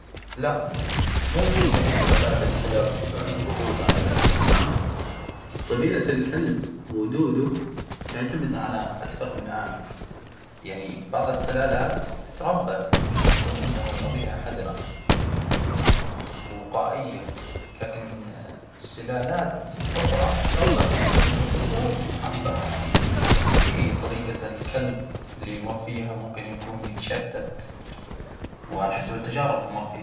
لا، مو جميع سلالات الكلاب ودودة على قدم المساواة، طبيعة الكلب ودوده تعتمد على أكثر من عامل، يعني بعض السلالات تربت عشان يكون عندها طبيعة حذرة. وقائية، لكن السلالات أخرى تربت بتكون ودودة ومحبة. وفي طريقة الكلب اللي يمر فيها ممكن يكون يتشتت، وعلى حسب التجارب ال مر فيها.